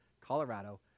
Colorado